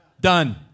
Done